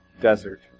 desert